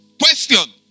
Question